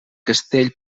castell